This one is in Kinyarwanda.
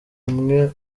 umwe